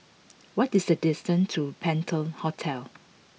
what is the distance to Penta Hotel